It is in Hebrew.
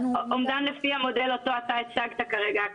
אומדן לפי המודל אותו הצגת כרגע,